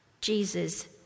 Jesus